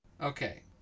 Okay